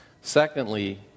Secondly